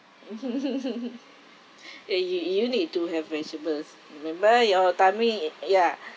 eh you you need to have vegetables remember your tummy uh ya